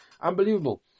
Unbelievable